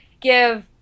give